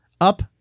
up